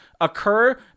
occur